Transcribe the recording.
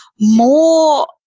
more